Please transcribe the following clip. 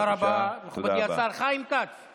היה מה שהיה בערכות האונס,